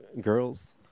girls